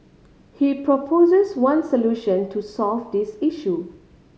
he proposes one solution to solve this issue